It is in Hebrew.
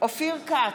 אופיר כץ,